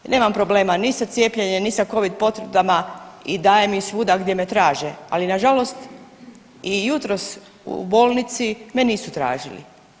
Nemam problema ni sa cijepljenjem, ni sa Covid potvrdama i dajem ih svuda gdje me traže, ali nažalost i jutros u bolnici me nisu tražili.